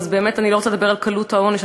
אני באמת לא רוצה לדבר על קלות העונש.